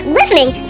listening